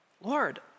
Lord